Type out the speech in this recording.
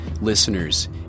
Listeners